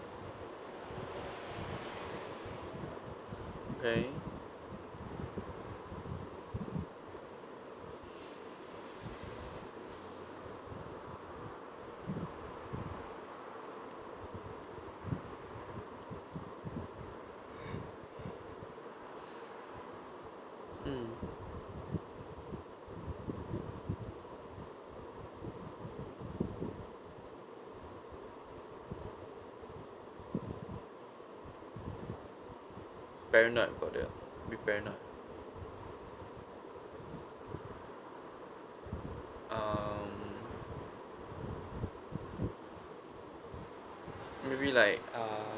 okay mm paranoid about that a bit paranoid um maybe like uh